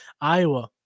Iowa